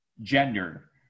gender